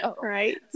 Right